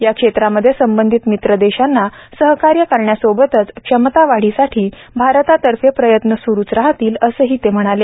या क्षेत्रामध्ये संबंधीत मित्र देशांना सहकार्य करण्यासोबतच क्षमता वाढीसाठी भारतातर्फ प्रयत्न सुरूच राहतील असंही ते म्हणाले